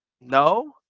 No